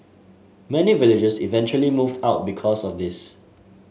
many villagers eventually moved out because of this